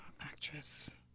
Actress